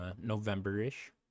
november-ish